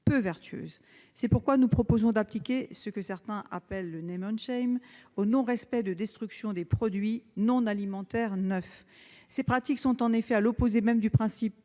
peu vertueuses. C'est pourquoi nous proposons d'appliquer ce que certains appellent le au non-respect de destruction des produits non alimentaires neufs. Ces pratiques étant à l'opposé même du principe